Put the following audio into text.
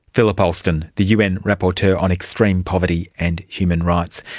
philip alston, the un rapporteur on extreme poverty and human rights.